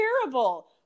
terrible